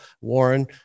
Warren